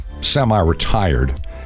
semi-retired